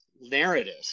narrative